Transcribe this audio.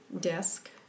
desk